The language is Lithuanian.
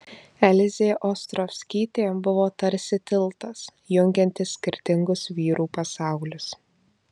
elzė ostrovskytė buvo tarsi tiltas jungiantis skirtingus vyrų pasaulius